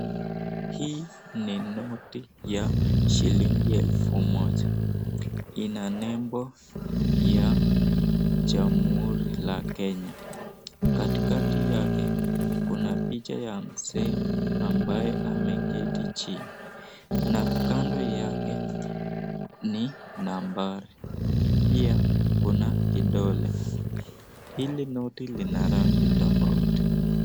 Hii ni noti ya shilingi elfu moja. Ina nembo ya jamhuri la Kenya. Katikati yake kuna picha ya mzee ambaye ameketi chini, na kando yake ni nambari pia kuna kidole. Hili noti lina rangi tofauti.